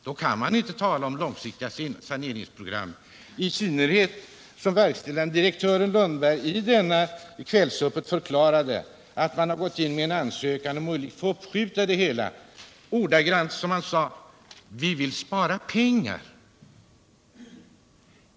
Då kan man inte tala om långsiktiga saneringsprogram, i synnerhet som verkställande direktören Lundberg i Kvällsöppet förklarade att företaget gått in med en ansökan om att få uppskjuta det hela. Ordagrant sade han: Vi vill spara pengar.